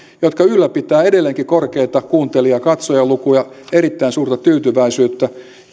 jotka ylläpitävät edelleenkin korkeita kuuntelija ja katsojalukuja erittäin suurta tyytyväisyyttä